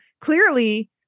clearly